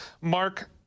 Mark